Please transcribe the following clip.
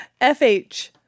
FH